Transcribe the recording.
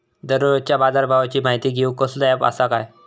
दररोजच्या बाजारभावाची माहिती घेऊक कसलो अँप आसा काय?